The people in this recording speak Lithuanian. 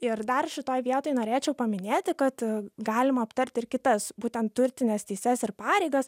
ir dar šitoj vietoj norėčiau paminėti kad galima aptarti ir kitas būtent turtines teises ir pareigas